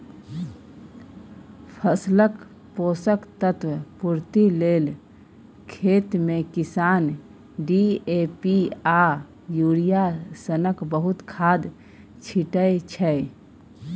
फसलक पोषक तत्व पुर्ति लेल खेतमे किसान डी.ए.पी आ युरिया सनक बहुत खाद छीटय छै